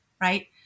right